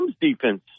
defense